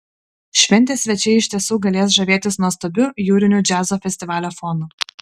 šventės svečiai iš tiesų galės žavėtis nuostabiu jūriniu džiazo festivalio fonu